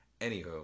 Anywho